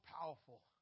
powerful